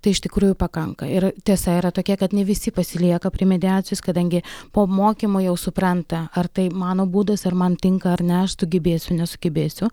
tai iš tikrųjų pakanka ir tiesa yra tokia kad ne visi pasilieka prie mediacijos kadangi po mokymų jau supranta ar tai mano būdas ar man tinka ar ne aš sugebėsiu nesugebėsiu